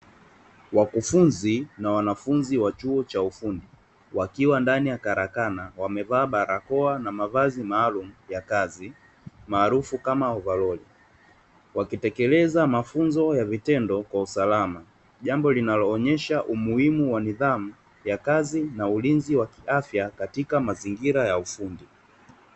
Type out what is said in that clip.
Wakufunzi na wanafunzi wa chuo cha ufundi, wakiwa ndani ya karakana, wamevaa barakoa na mavazi maalumu ya kazi maarufu kama ovaroli. Wakitekeleza mafunzo ya vitendo kwa usalama, jambo linaloonyesha umuhimu wa nidhamu ya kazi na ulinzi wa kiafya katika mazingira ya ufundi.